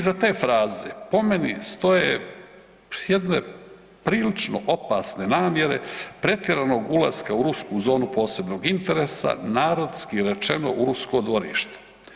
Iza te fraze po meni stoje jedne prilično opasne namjere pretjeranog ulaska u rusku zonu posebnog interesa, narodski rečeno u rusko dvorište.